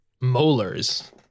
Molars